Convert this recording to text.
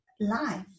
life